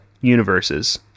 universes